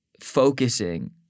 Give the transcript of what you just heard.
focusing